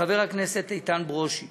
חבר הכנסת איתן ברושי